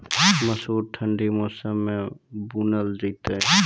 मसूर ठंडी मौसम मे बूनल जेतै?